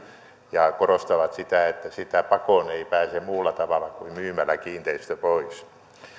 ja korostavat sitä että sitä pakoon ei pääse muulla tavalla kuin myymällä kiinteistön pois